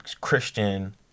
Christian